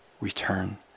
return